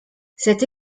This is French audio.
cette